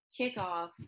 kickoff